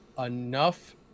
enough